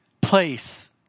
place